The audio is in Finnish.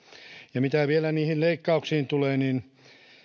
ja mitä vielä niihin leikkauksiin tulee niin